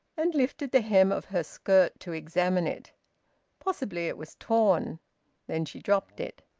and lifted the hem of her skirt to examine it possibly it was torn then she dropped it.